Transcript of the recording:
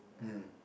mm